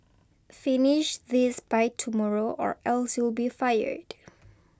finish this by tomorrow or else you'll be fired